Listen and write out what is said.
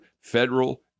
federal